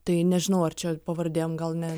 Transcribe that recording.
tai nežinau ar čia pavardėm gal ne